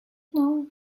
know